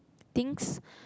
things